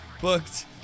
booked